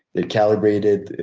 they're calibrated,